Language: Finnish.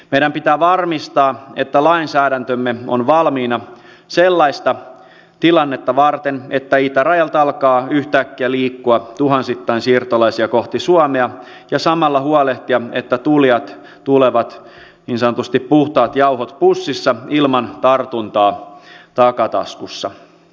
meidän pitää varmistaa että lainsäädäntömme on valmiina sellaista tilannetta varten että itärajalta alkaa yhtäkkiä liikkua tuhansittain siirtolaisia kohti suomea ja samalla huolehtia että tulijat tulevat niin sanotusti puhtaat jauhot pussissa ilman tartuntaa takataskussa